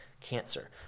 cancer